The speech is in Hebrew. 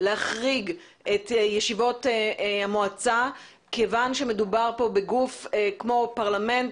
להחריג את ישיבות המועצה כיוון שמדובר כאן בגוף כמו פרלמנט,